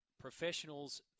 professionals